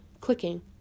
clicking